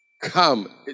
Come